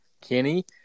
Kenny